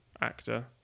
actor